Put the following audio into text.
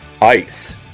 Ice